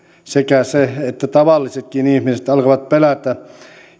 sekä se että tavallisetkin ihmiset alkavat pelätä